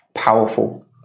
powerful